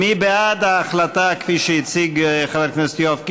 מי בעד ההחלטה כפי שהציג חבר הכנסת יואב קיש?